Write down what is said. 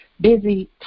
busy